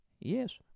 Yes